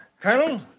Colonel